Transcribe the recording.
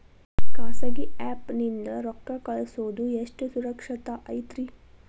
ಖಾಸಗಿ ಆ್ಯಪ್ ನಿಂದ ರೊಕ್ಕ ಕಳ್ಸೋದು ಎಷ್ಟ ಸುರಕ್ಷತಾ ಐತ್ರಿ?